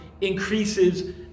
increases